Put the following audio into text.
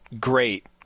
great